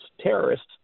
terrorists